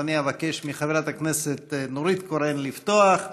אז אבקש מחברת הכנסת נורית קורן לפתוח,